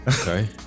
Okay